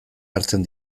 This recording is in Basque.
hartzen